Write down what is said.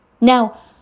now